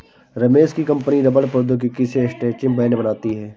रमेश की कंपनी रबड़ प्रौद्योगिकी से स्ट्रैचिंग बैंड बनाती है